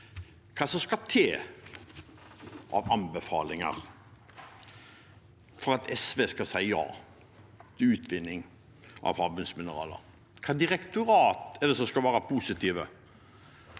som skal til av anbefalinger for at SV skal si ja til utvinning av havbunnsmineraler. Hvilket direktorat skal være positivt?